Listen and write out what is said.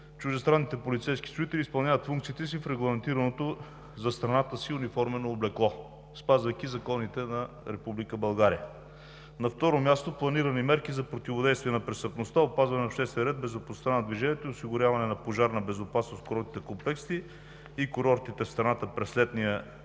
Чуждестранните полицейски служители изпълняват функциите си в регламентираното за страната си униформено облекло, спазвайки законите на Република България. На второ място, планирани са мерки за противодействие на престъпността, опазване на обществения ред, безопасността на движението и осигуряване на пожарна безопасност в курортните комплекси и курортите в страната през летния